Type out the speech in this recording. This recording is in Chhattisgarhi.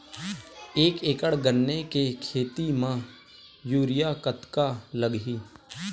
एक एकड़ गन्ने के खेती म यूरिया कतका लगही?